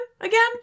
again